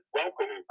welcome